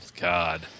God